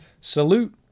salute